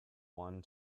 one